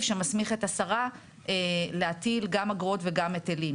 שמסמיך את השרה להטיל גם אגרות וגם היטלים,